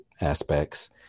aspects